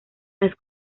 las